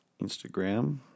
Instagram